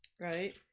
right